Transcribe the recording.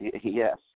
yes